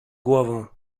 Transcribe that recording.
głową